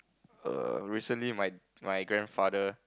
err recently my my grandfather